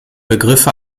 begriffe